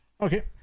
Okay